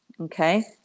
okay